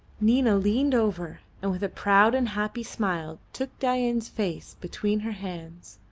nina leaned over, and with a proud and happy smile took dain's face between her hands,